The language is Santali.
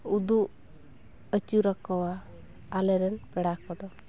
ᱩᱫᱩᱜ ᱟᱹᱪᱩᱨᱟᱠᱚᱣᱟ ᱟᱞᱮᱨᱮᱱ ᱯᱮᱲᱟ ᱠᱚᱫᱚ